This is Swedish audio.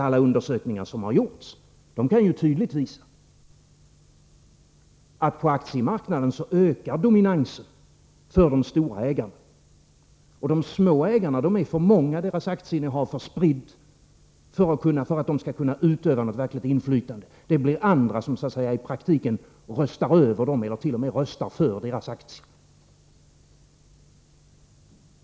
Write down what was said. Alla undersökningar som har gjorts har tydligt visat att dominansen för de stora ägarna ökar på aktiemarknaden och att de små ägarna är för många och att deras aktieinnehav är för spritt för att de skall kunna utöva något verkligt inflytande — det blir andra som så att säga i praktiken ”röstar över dem” eller t.o.m. röstar för deras aktier.